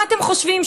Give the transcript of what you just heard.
מה אתם חושבים,